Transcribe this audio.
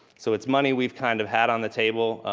so it's money we've kind of had on the table.